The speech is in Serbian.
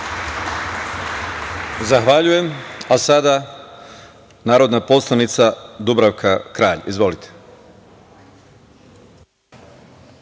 Zahvaljujem. Sada narodna poslanica Dubravka Kralj. Izvolite.